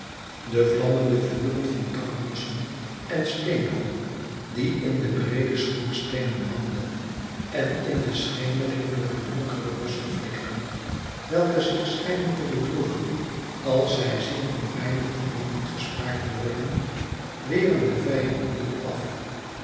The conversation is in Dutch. de vlammende vuren van takkebossen en steenkool die in de breede schoorsteenen branden en in de schemering door de donkere bosschen flikkeren welke zich schijnen te bedroeven als zij zien hoe weinig de boomen gespaard worden weren den vijand niet af